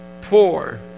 poor